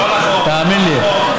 לא נכון.